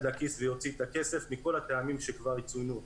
לכיס ויוציא את הכסף מכל הטעמים שכבר צוינו.